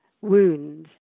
wounds